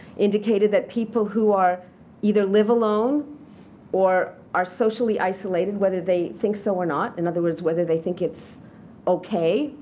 indicated that people who are either live alone or are socially isolated, whether they think so or not in other words, whether they think it's ok,